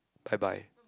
bye bye